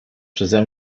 przeze